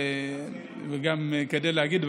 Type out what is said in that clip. וגם כדי להגיד,